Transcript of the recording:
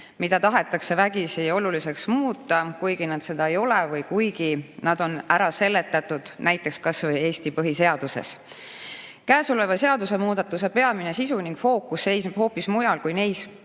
mida tahetakse vägisi oluliseks muuta, kuigi nad seda ei ole või nad on ära seletatud näiteks kas või Eesti põhiseaduses. Käesoleva seaduste muutmise peamine sisu ning fookus seisneb hoopis mujal kui neis